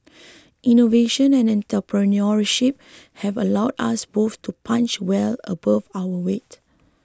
innovation and entrepreneurship have allowed us both to punch well above our weight